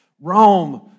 Rome